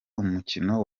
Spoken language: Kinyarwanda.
umukino